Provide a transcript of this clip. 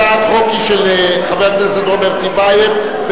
של חבר הכנסת רוברט טיבייב.